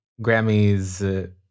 Grammys